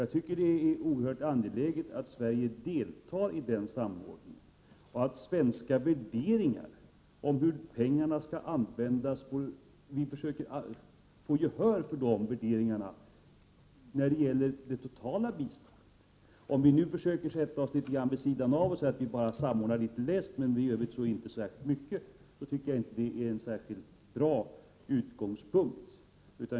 Jag tycker att det är oerhört angeläget att Sverige deltar i den samordningen och att vi när det gäller det totala biståndet försöker få gehör för de svenska värderingarna. Jag tycker inte att det är en särskilt bra utgångspunkt om vi nu försöker sätta oss litet vid sidan av och bara samordna biståndet litet löst, men inte särskilt mycket.